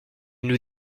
nous